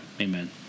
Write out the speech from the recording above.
Amen